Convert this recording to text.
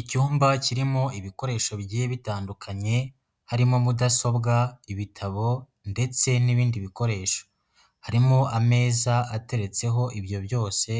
Icyumba kirimo ibikoresho bigiye bitandukanye, harimo mudasobwa ibitabo ndetse n'ibindi bikoresho, harimo ameza ateretseho ibyo byose,